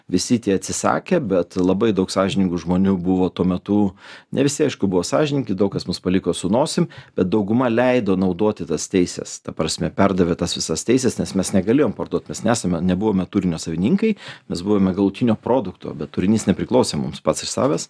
visi tie atsisakė bet labai daug sąžiningų žmonių buvo tuo metu ne visi aišku buvo sąžiningi daug kas mus paliko su nosim bet dauguma leido naudoti tas teises ta prasme perdavė tas visas teises nes mes negalėjome parduot mes nesame nebuvome turinio savininkai mes buvome galutinio produkto bet turinys nepriklausė mums pats iš savęs